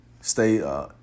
stay